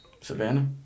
Savannah